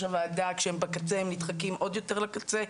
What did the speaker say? הוועדה כשהם בקצה הם נדחקים עוד יותר לקצה,